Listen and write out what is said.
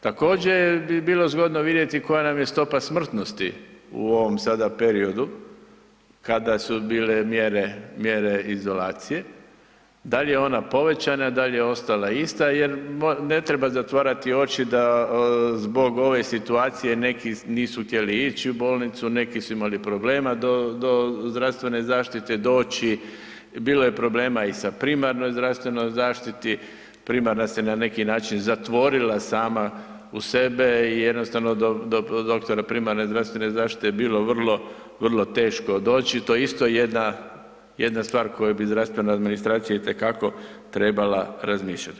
Također bi bilo zgodno vidjeti koja nam je stopa smrtnosti u ovom sada periodu kada su bile mjere izolacije, da li je ona povećana, da li je ostala ista jer, ne treba zatvarati oči da zbog ove situacije neki nisu htjeli ići u bolnicu, neki su imali problema do zdravstvene zaštite doći, bilo je problema i sa primarnoj zdravstvenoj zaštiti, primarna se na neki način zatvorila sama u sebe i jednostavno do doktora primarne zdravstvene zaštite je bilo vrlo, vrlo teško doći, to je isto jedna stvar koju bi zdravstvena administracija itekako trebala razmišljati.